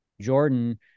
Jordan